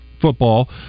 football